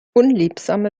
unliebsame